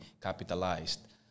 capitalized